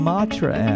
Matra